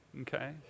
Okay